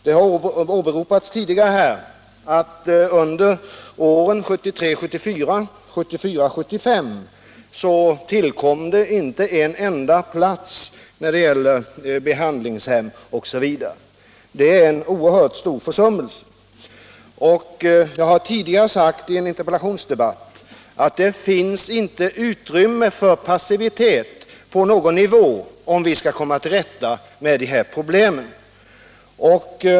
Det har redan åberopats att under åren 1973 75 tillkom inte en enda plats på behandlingshem osv. Detta är en oerhört stor försummelse. Jag har tidigare sagt i en interpellationsdebatt att det inte finns utrymme för passivitet på någon nivå, om vi skall komma till rätta med de här problemen.